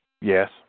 Yes